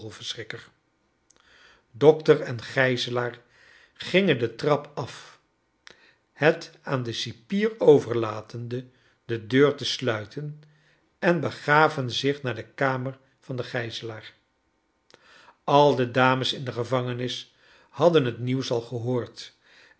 dokter en gijzelaar gingen de trap af het aan den cipier overlatende de deur te sluiten en begaven zich naar de kamer van den gijzelaar al de dames in de gevangenis hadden het nieuws al gehoord